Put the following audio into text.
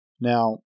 Now